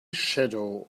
shadow